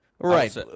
Right